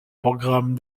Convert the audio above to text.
programmes